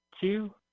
two